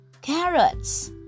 carrots